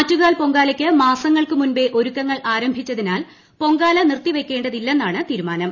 ആറ്റുകാൽ പൊങ്കാലയ്ക്ക് മാസങ്ങൾക്ക് മുമ്പേ ഒരുക്കങ്ങൾ ആരംഭിച്ചതിനാൽ പൊങ്കാല നിർത്തി വയ്ക്കേണ്ടതില്ലെന്നാണ് തീരുമാനം